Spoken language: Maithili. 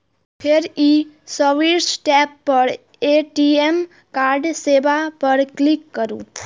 फेर ई सर्विस टैब पर ए.टी.एम कार्ड सेवा पर क्लिक करू